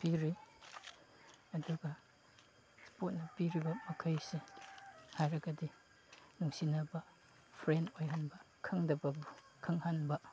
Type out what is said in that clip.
ꯄꯤꯔꯤ ꯑꯗꯨꯒ ꯏꯁꯄꯣꯔꯠꯅ ꯄꯤꯔꯤꯕ ꯃꯈꯩꯁꯦ ꯍꯥꯏꯔꯒꯗꯤ ꯅꯨꯡꯁꯤꯅꯕ ꯐ꯭ꯔꯦꯟ ꯑꯣꯏꯍꯟꯕ ꯈꯪꯗꯕꯕꯨ ꯈꯪꯍꯟꯕ